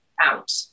out